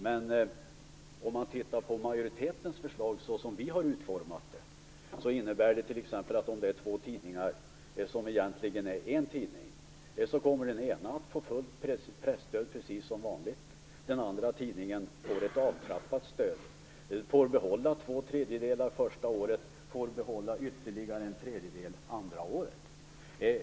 Majoritetens förslag innebär, som vi har utformat det, att om det finns två tidningar som egentligen är en tidning, så kommer den ena tidningen att få fullt presstöd precis som vanligt. Den andra tidningen får ett avtrappat stöd. Den får behålla två tredjedelar det första året och en tredjedel det andra året.